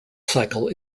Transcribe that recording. cycle